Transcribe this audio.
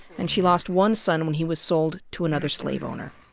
and she lost one son when he was sold to another slave owner.